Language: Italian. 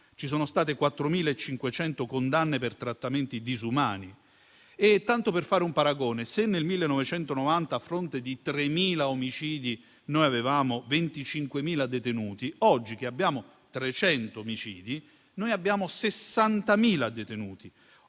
ci sono state 4.500 condanne per trattamenti disumani. Tanto per fare un paragone: se nel 1990, a fronte di 3.000 omicidi, noi avevamo 25.000 detenuti, oggi, che abbiamo 300 omicidi, abbiamo 60.000 detenuti,